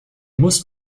musst